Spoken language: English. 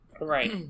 Right